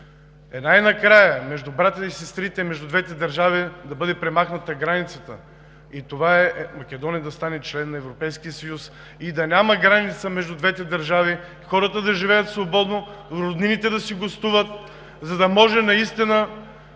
е най-накрая между братята и сестрите на двете държави да бъде премахната границата. Това е Македония да стане член на Европейския съюз и да няма граница между двете държави, хората да живеят свободно, роднините да си гостуват, за да може наистина